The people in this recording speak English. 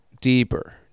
Deeper